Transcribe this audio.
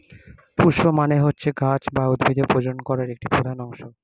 পুস্প মানে হচ্ছে গাছ বা উদ্ভিদের প্রজনন করা একটি প্রধান অংশ